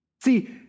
See